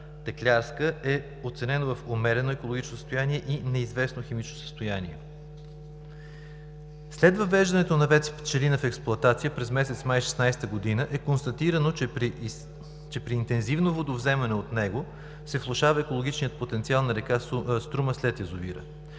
е оценено в умерено екологично състояние и неизвестно химическо състояние. След въвеждането на ВЕЦ „Пчелина“ в експлоатация през месец май 2016 г., е констатирано, че при интензивно водовземане от него се влошава екологичният потенциал на р. Струма след язовира.